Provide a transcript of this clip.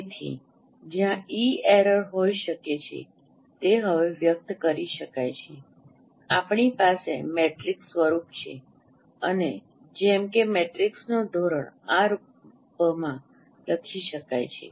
તેથી જ્યાં E error હોઈ શકે છે તે હવે વ્યક્ત કરી શકાય છે આપણી પાસે મેટ્રિક્સ સ્વરૂપ છે અને જેમ કે મેટ્રિક્સનો ધોરણ આ રૂપમાં લખી શકાય છે